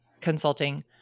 consulting